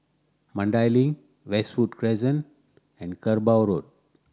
Mandai Link Westwood Crescent and Kerbau Road